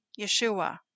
Yeshua